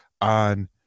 on